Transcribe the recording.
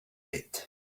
bit